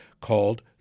called